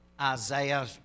Isaiah